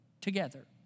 together